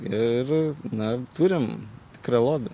ir na turim tikrą lobį